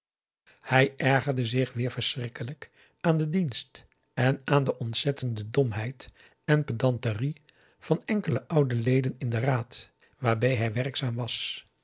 hij ergerde zich weer verschrikkelijk aan den dienst en aan de ontzettende domheid en pedanterie van enkele oude leden in den raad waarbij hij werkzaam was